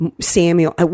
Samuel